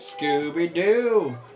Scooby-Doo